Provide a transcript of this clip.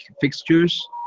fixtures